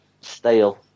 stale